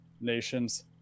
nations